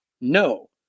No